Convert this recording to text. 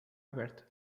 aberta